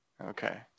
okay